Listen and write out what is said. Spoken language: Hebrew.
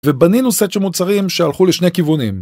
ובנינו סט של מוצרים שהלכו לשני כיוונים